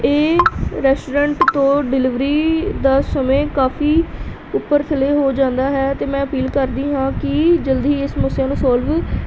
ਇਹ ਰੈਸਟੋਰੈਂਟ ਤੋਂ ਡਿਲੀਵਰੀ ਦਾ ਸਮੇਂ ਕਾਫੀ ਉੱਪਰ ਥੱਲੇ ਹੋ ਜਾਂਦਾ ਹੈ ਅਤੇ ਮੈਂ ਅਪੀਲ ਕਰਦੀ ਹਾਂ ਕਿ ਜਲਦੀ ਇਸ ਸਮੱਸਿਆ ਨੂੰ ਸੌਲਵ